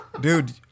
Dude